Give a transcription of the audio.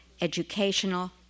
educational